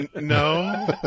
no